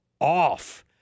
off